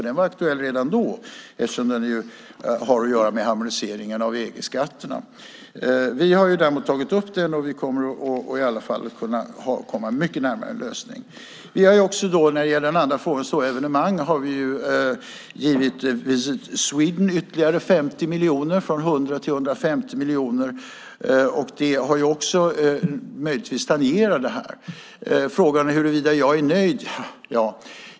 Den var aktuell redan då eftersom den har att göra med harmonisering av skatterna inom EU. Vi har däremot tagit upp den, och vi kommer att kunna komma mycket närmare en lösning. När det gäller den andra frågan om stora evenemang har vi givit Visit Sweden ytterligare 50 miljoner, ökat från 100 till 150 miljoner. Det tangerar möjligen det här. Frågan var huruvida jag är nöjd.